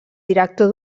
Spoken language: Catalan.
director